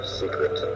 secret